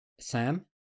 sam